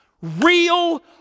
real